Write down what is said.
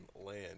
land